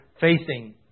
facing